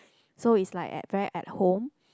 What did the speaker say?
so it's like at very at home